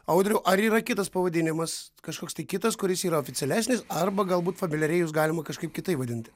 audriau ar yra kitas pavadinimas kažkoks tai kitas kuris yra oficialesnis arba galbūt familiariai jus galima kažkaip kitaip vadinti